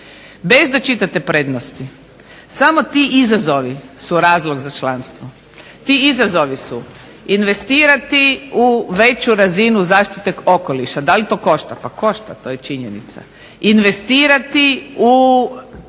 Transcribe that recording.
bez da čitate prednosti samo ti izazovi su razlog za članstvo. Ti izazovi su investirati u veću razinu zaštite okoliša. Da li to košta? Pa košta, to je činjenica. Investirati u